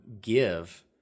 give